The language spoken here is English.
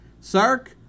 Sark